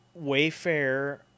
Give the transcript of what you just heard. Wayfair